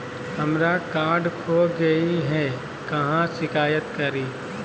हमरा कार्ड खो गई है, कहाँ शिकायत करी?